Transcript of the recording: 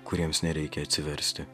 kuriems nereikia atsiversti